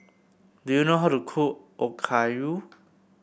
do you know how to cook Okayu